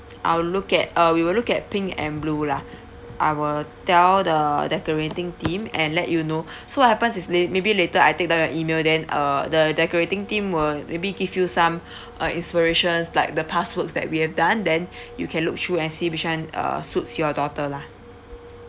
I'll look at uh we will look at pink and blue lah I will tell the decorating team and let you know so what happens is the maybe later I'll take down your email then uh the decorating team will maybe give you some uh inspirations like the past works that we have done then you can look through and see which [one] uh suits your daughter lah